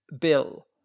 bill